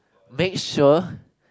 make sure